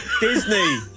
Disney